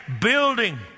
building